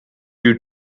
you